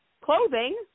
clothing